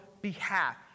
behalf